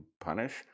punish